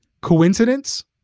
Coincidence